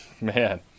man